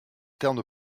termes